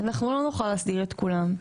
אנחנו לא נוכל להסדיר את כולם.